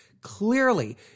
Clearly